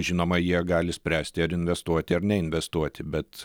žinoma jie gali spręsti ar investuoti ar neinvestuoti bet